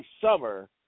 summer